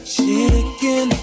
chicken